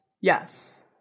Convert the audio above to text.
yes